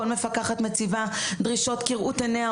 כל מפקחת מציבה דרישות כראות עיניה,